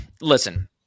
listen